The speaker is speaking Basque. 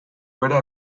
bera